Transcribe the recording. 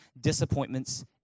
disappointments